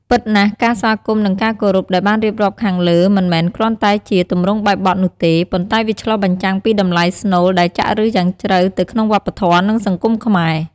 ពិតណាស់ ការស្វាគមន៍ និងការគោរព ដែលបានរៀបរាប់ខាងលើមិនមែនគ្រាន់តែជា ទម្រង់បែបបទនោះទេ ប៉ុន្តែវាឆ្លុះបញ្ចាំងពីតម្លៃស្នូលដែលចាក់ឫសយ៉ាងជ្រៅទៅក្នុងវប្បធម៌ និងសង្គមខ្មែរ។